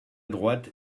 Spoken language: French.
droite